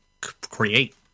create